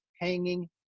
hanging